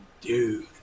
Dude